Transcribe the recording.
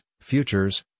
futures